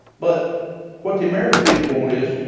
but what the american people want is,